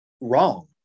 wrong